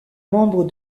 membre